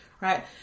right